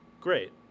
great